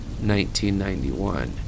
1991